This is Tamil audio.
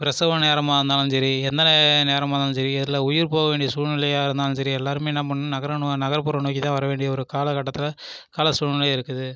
பிரசவ நேரமாருந்தாலுஞ்சரி எந்த நேரமாருந்தாலுஞ்சரி இல்லை உயிர் போக வேண்டிய சூழ்நிலையாக இருந்தாலுஞ்சரி எல்லோருமே என்ன பண்ணணும் நகர நகர்ப்புறம் நோக்கி தான் வர வேண்டிய ஒரு கால கட்டத்தில் கால சூழ்நிலை இருக்குது